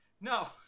No